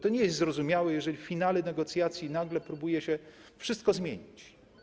To nie jest zrozumiałe, jeżeli w finale negocjacji nagle próbuje się wszystko zmienić.